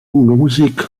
music